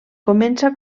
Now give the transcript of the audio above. comença